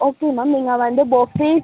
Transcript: okay ma'am நீங்கள் வந்து bouquets